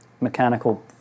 mechanical